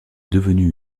devenue